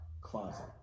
closet